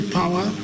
power